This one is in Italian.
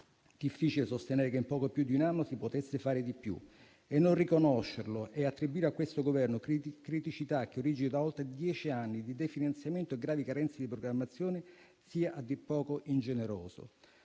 Difficile sostenere che in poco più di un anno si potesse fare di più. Non riconoscerlo e attribuire a questo Governo criticità che originano da oltre dieci anni di definanziamento e gravi carenze di programmazione è a dir poco ingeneroso.